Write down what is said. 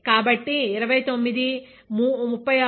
కాబట్టి 2936